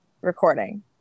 recording